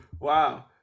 Wow